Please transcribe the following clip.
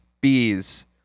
bees